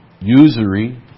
usury